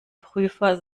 prüfer